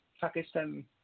Pakistan